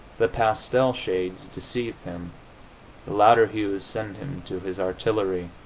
the pastel shades deceive him the louder hues send him to his artillery.